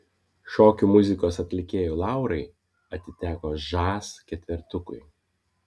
šokių muzikos atlikėjų laurai atiteko žas ketvertukui